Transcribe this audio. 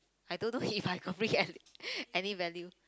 I don't know if I got bring any any value